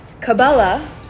Kabbalah